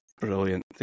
Brilliant